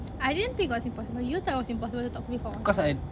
I didn't think it was impossible you thought it was impossible to talk me for one hour